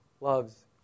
loves